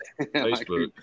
Facebook